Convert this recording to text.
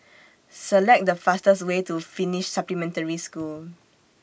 Select The fastest Way to Finnish Supplementary School